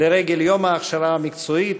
לרגל יום ההכשרה המקצועית,